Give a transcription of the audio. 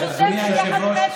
שאתה יחד עם אלקין,